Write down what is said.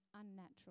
unnatural